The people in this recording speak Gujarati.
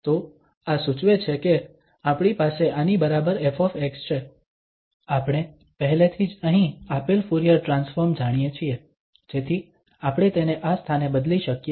તો આ સૂચવે છે કે આપણી પાસે આની બરાબર ƒ છે આપણે પહેલેથી જ અહીં આપેલ ફુરીયર ટ્રાન્સફોર્મ જાણીએ છીએ જેથી આપણે તેને આ સ્થાને બદલી શકીએ